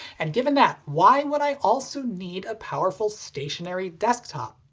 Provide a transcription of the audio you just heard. and given that, why would i also need a powerful stationary desktop?